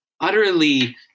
utterly